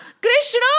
Krishna